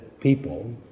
people